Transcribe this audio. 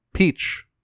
Peach